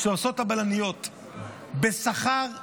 שעושות הבלניות בשכר זעום,